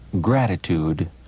gratitude